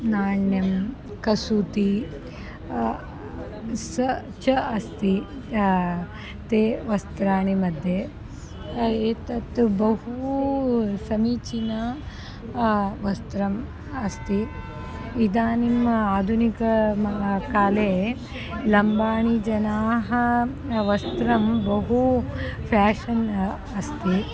नाण्यं कसूती स च अस्ति ते वस्त्राणांमध्ये एतत् बहु समीचीनं वस्त्रम् अस्ति इदानीम् आधुनिक महाकाले लम्बाणीजनानां वस्त्रे बहु फ़ेशन् अस्ति